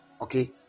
okay